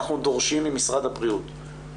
אנחנו דורשים ממשרד הבריאות,